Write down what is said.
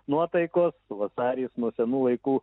nuotaikos vasaris nuo senų laikų